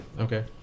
okay